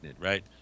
right